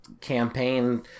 campaign